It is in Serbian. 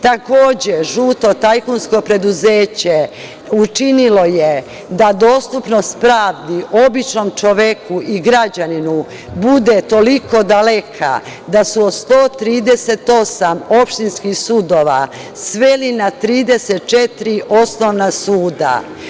Takođe, žuto tajkunsko preduzeće je učinilo da dostupnost pravdi običnom čoveku i građaninu bude toliko daleka, da su od 138 opštinskih sudova sveli na 34 osnovna suda.